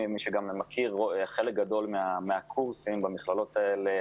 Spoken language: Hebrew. מי שמכיר חלק גדול מהקורסים במכללות האלה,